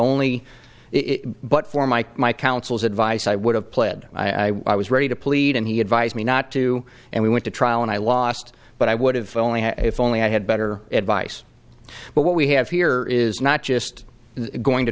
only but for mike my counsel's advice i would have pled i was ready to plead and he advised me not to and we went to trial and i lost but i would have only if only i had better advice but what we have here is not just going to